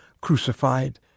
crucified